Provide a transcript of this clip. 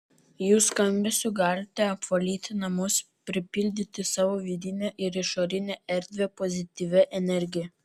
jų skambesiu galite apvalyti namus pripildyti savo vidinę ir išorinę erdvę pozityvia energija